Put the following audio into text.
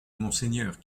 monseigneur